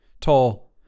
Tall